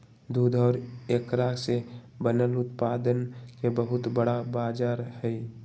दूध और एकरा से बनल उत्पादन के बहुत बड़ा बाजार हई